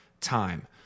time